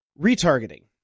retargeting